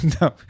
no